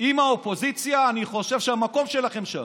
עם האופוזיציה, אני חושב שהמקום שלכם שם.